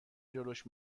جلوش